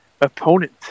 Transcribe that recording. opponent